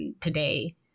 today